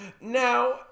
Now